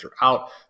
throughout